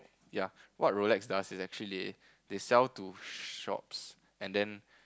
yea what Rolex does is actually they sell to shops and then